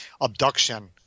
abduction